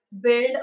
build